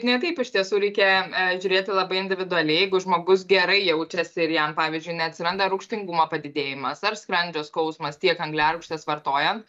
ne taip iš tiesų reikia žiūrėti labai individualiai jeigu žmogus gerai jaučiasi ir jam pavyzdžiui neatsiranda rūgštingumo padidėjimas ar skrandžio skausmas tiek angliarūgštės vartojant